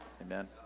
Amen